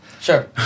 Sure